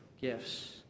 gifts